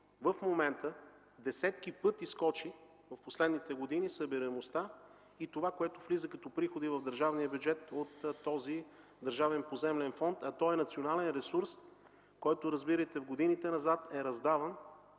години десетки пъти скочи събираемостта и това, което влиза като приходи в държавния бюджет от този Държавен поземлен фонд, а той е национален ресурс, който разбирайте в годините назад, е раздаван